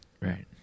right